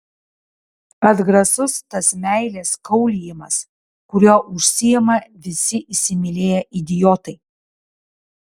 atgrasus tas meilės kaulijimas kuriuo užsiima visi įsimylėję idiotai